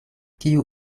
kiu